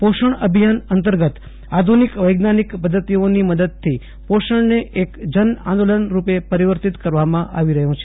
પોષણ અભિયાન અંતર્ગત આધુનિક વૈજ્ઞાનિક પદ્ધતિઓની મદદથી પોષણને એક જન આંદોલન રૂપે પરિવર્તિત કરવામાં આવી રહ્યું છે